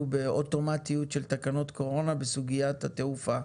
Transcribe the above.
באוטומטיות של תקנות קורונה בסוגיית התעופה,